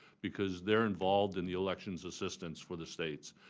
because they're involved in the elections assistance for the states.